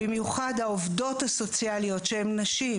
במיוחד העובדות הסוציאליות שהן נשים,